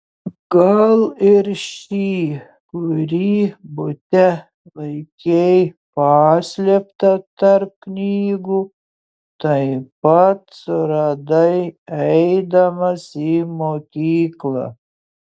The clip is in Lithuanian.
gal ir šį kurį bute laikei paslėptą tarp knygų taip pat suradai eidamas į mokyklą